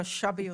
קשה ביותר.